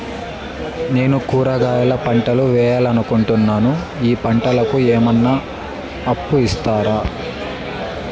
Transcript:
నేను కూరగాయల పంటలు వేయాలనుకుంటున్నాను, ఈ పంటలకు ఏమన్నా అప్పు ఇస్తారా?